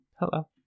Hello